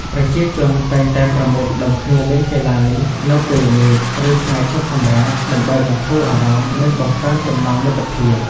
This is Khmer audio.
ប្រជាជនតែងតែប្រមូលផ្តុំគ្នាលេងកីឡានេះនៅពេលល្ងាច ឬថ្ងៃឈប់សម្រាក ដើម្បីបន្ធូរអារម្មណ៍ និងបង្កើនចំណងមិត្តភាព។